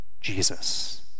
Jesus